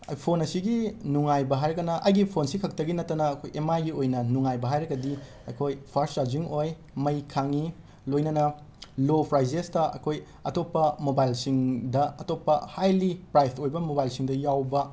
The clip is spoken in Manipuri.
ꯐꯣꯟ ꯑꯁꯤꯒꯤ ꯅꯨꯡꯉꯥꯏꯕ ꯍꯥꯏꯔꯒꯅ ꯑꯩꯒꯤ ꯐꯣꯟꯁꯤ ꯈꯛꯇꯒꯤ ꯅꯠꯇꯅ ꯑꯩꯈꯣꯏ ꯑꯦꯃꯥꯏꯒꯤ ꯑꯣꯏꯅ ꯅꯨꯡꯉꯥꯏꯕ ꯍꯥꯏꯔꯒꯗꯤ ꯑꯩꯈꯣꯏ ꯐꯥꯔꯁ ꯆꯥꯔꯖꯤꯡ ꯑꯣꯏ ꯃꯩ ꯈꯥꯡꯏ ꯂꯣꯏꯅꯅ ꯂꯣ ꯄ꯭ꯔꯥꯏꯖꯦꯁꯇ ꯑꯩꯈꯣꯏ ꯑꯇꯣꯞꯄ ꯃꯣꯕꯥꯏꯜꯁꯤꯡꯗ ꯑꯇꯣꯞꯄ ꯍꯥꯏꯂꯤ ꯄ꯭ꯔꯥꯏꯐ ꯑꯣꯏꯕ ꯃꯣꯕꯥꯏꯜꯁꯤꯡꯗ ꯌꯥꯎꯕ